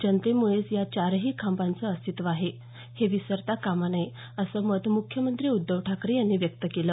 जनतेमुळेच या चारही खांबांचं अस्तित्व आहे हे विसरता कामा नये असं मत म्ख्यमंत्री उद्धव ठाकरे यांनी व्यक्त केलं